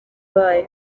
bayo